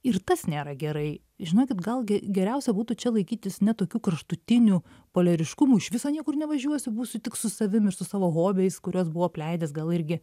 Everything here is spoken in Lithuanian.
ir tas nėra gerai žinokit gal ge geriausia būtų čia laikytis ne tokių kraštutinių poliariškumų iš viso niekur nevažiuosiu būsiu tik su savim ir su savo hobiais kuriuos buvau apleidęs gal irgi